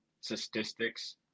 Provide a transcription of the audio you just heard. statistics